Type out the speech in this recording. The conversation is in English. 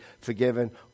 forgiven